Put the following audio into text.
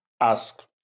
ask